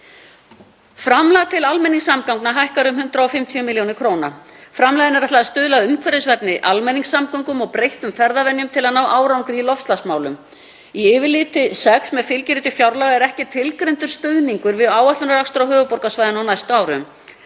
Framlag til almenningssamgangna hækkar um 150 millj. kr. Framlaginu er ætlað að stuðla að umhverfisvænni almenningssamgöngum og breyttum ferðavenjum til að ná árangri í loftslagsmálum. Í yfirliti 6 með fylgiriti fjárlaga er ekki tilgreindur stuðningur við áætlunarakstur á höfuðborgarsvæðinu á næstu árum.